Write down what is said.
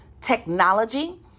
technology